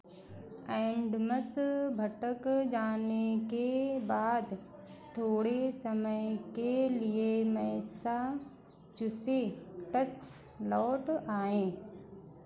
Adams भटक जाने के बाद थोड़े समय के लिए मैसाचुसेट्स लौट आए